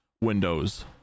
Windows